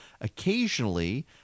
occasionally